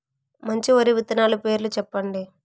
మంచి వరి విత్తనాలు పేర్లు చెప్పండి?